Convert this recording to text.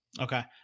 Okay